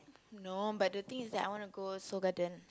no but the thing is that I want to go Seoul-Garden